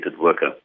worker